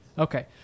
okay